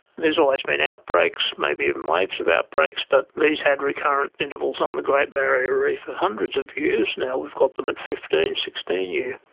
there has always been outbreaks, maybe even waves of outbreaks, but these had recurrent intervals on the great barrier reef for hundreds of years, now we've got them at fifteen sixteen years.